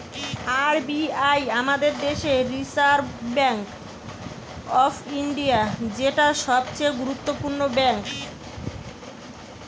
R B I আমাদের দেশের reserve bank of India, যেটা সবচে গুরুত্বপূর্ণ ব্যাঙ্ক